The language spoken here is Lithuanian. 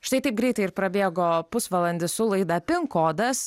štai taip greitai ir prabėgo pusvalandis su laida pin kodas